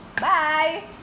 Bye